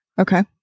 Okay